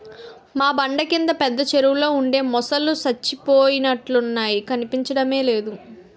మా బండ కింద పెద్ద చెరువులో ఉండే మొసల్లు సచ్చిపోయినట్లున్నాయి కనిపించడమే లేదు